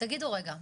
תגידו רגע,